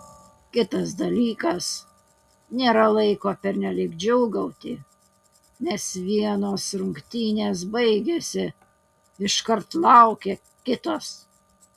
kitas dalykas nėra laiko pernelyg džiūgauti nes vienos rungtynės baigėsi iškart laukia kitos